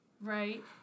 Right